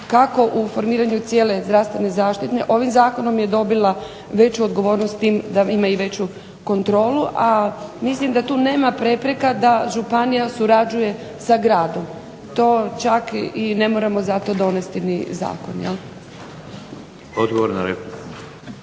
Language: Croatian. kako u formiranju cijele zdravstvene zaštite. Ovim zakonom je dobila veću odgovornost tim da ima i veću kontrolu. A mislim da tu nema prepreka da županija surađuje sa gradom. To čak i ne moramo za to donesti ni zakon. **Šeks,